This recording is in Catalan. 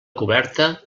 coberta